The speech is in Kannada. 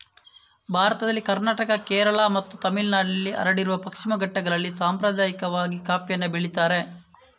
ಭಾರತದಲ್ಲಿ ಕರ್ನಾಟಕ, ಕೇರಳ ಮತ್ತು ತಮಿಳುನಾಡಿನಲ್ಲಿ ಹರಡಿರುವ ಪಶ್ಚಿಮ ಘಟ್ಟಗಳಲ್ಲಿ ಸಾಂಪ್ರದಾಯಿಕವಾಗಿ ಕಾಫಿಯನ್ನ ಬೆಳೀತಾರೆ